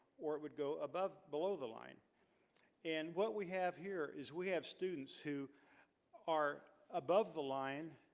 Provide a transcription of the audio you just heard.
or it would go above below the line and what we have here is we have students who are above the line